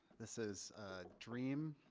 this is dream.